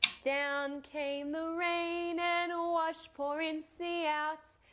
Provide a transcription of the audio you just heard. down came the rain, and washed poor incy out.